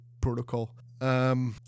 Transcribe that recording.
protocol